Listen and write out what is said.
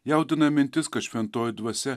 jaudina mintis kad šventoji dvasia